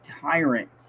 tyrant